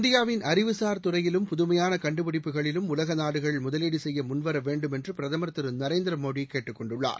இந்தியாவின் அறிவுசார் துறையிலும் புதுமையான கண்டுபிடிப்புகளிலும் உலக நாடுகள் முதலீடு செய்ய முன்வர வேண்டும் என்று பிரதமர் திரு நரேந்திர மோடி கேட்டுக்கொண்டுள்ளார்